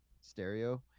stereo